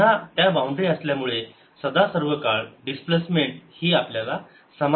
पुन्हा त्या बाउंड्री असल्यामुळे सदासर्वकाळ डिस्प्लेसमेंट ही आपल्याला समान हवी आहे